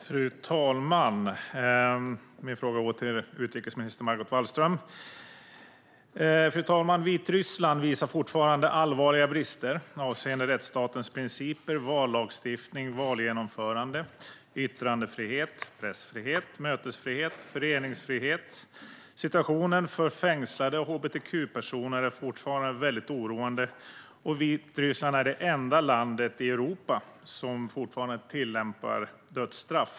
Fru talman! Min fråga går till utrikesminister Margot Wallström. Vitryssland visar fortfarande allvarliga brister avseende rättsstatens principer, vallagstiftning, valgenomförande, yttrandefrihet, pressfrihet, mötesfrihet och föreningsfrihet. Situationen för fängslade hbtq-personer är fortfarande väldigt oroande. Vitryssland är det enda landet i Europa som fortfarande tillämpar dödsstraff.